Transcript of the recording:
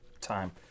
time